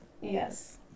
Yes